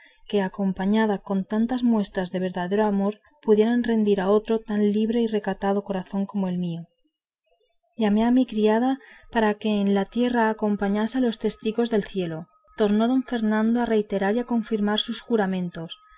que acompañada con tantas muestras de verdadero amor pudieran rendir a otro tan libre y recatado corazón como el mío llamé a mi criada para que en la tierra acompañase a los testigos del cielo tornó don fernando a reiterar y confirmar sus juramentos